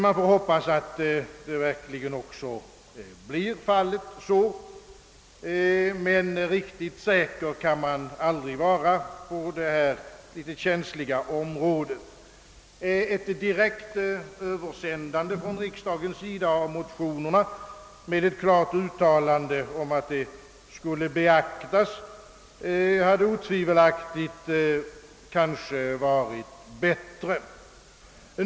Man får hoppas, att de sakkunniga också verkligen behandlar spörsmålen, men riktigt säker kan man aldrig vara på detta känsliga område. Ett direkt översändande av motionerna, med ett klart uttalande av riksdagen att de skulle beaktas, hade otvivelaktigt varit bättre.